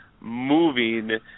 moving